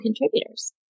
contributors